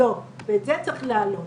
אז זה נכון שיש לנו מחקרים,